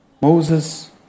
Moses